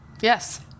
Yes